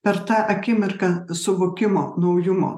per tą akimirką suvokimo naujumo